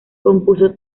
compuso